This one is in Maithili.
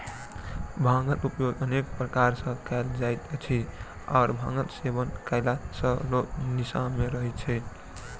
भांगक उपयोग अनेक प्रकार सॅ कयल जाइत अछि आ भांगक सेवन कयला सॅ लोक निसा मे रहैत अछि